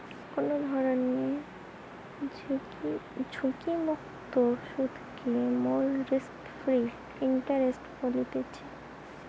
কোনো ধরণের ঝুঁকিমুক্ত সুধকে মোরা রিস্ক ফ্রি ইন্টারেস্ট বলতেছি